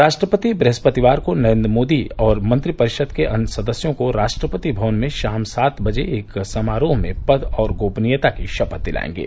राष्ट्रपति ब्रहस्पतिवार को नरेन्द्र मोदी और मंत्रिपरिषद के अन्य सदस्यों को राष्ट्रपति भवन में शाम सात बर्जे एक समारोह में पद और गोपनीयता की शपथ दिलाएंगे